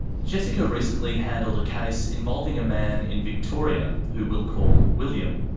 jessica recently handled a case involving a man in victoria who we'll call william.